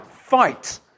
fight